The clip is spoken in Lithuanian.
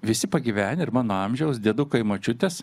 visi pagyvenę ir mano amžiaus diedukai ir močiutes